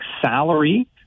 salary